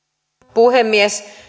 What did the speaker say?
puhemies